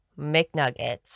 McNuggets